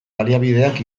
baliabideak